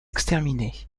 exterminer